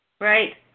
Right